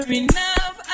enough